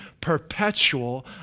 perpetual